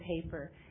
paper